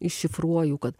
iššifruoju kad